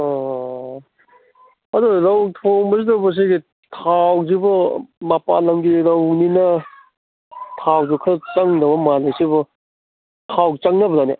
ꯑꯣ ꯑꯗꯣ ꯔꯧ ꯊꯣꯡꯕꯁꯤꯗꯕꯨ ꯃꯁꯤꯒꯤ ꯊꯥꯎꯁꯤꯕꯨ ꯃꯄꯥꯟ ꯂꯝꯒꯤ ꯔꯧꯅꯤꯅ ꯊꯥꯎꯁꯨ ꯈꯔ ꯆꯪꯗꯧꯕ ꯃꯥꯜꯂꯤ ꯁꯤꯕꯨ ꯊꯥꯎ ꯆꯪꯅꯕ꯭ꯔꯅꯦ